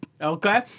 Okay